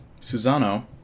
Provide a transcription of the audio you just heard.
Susano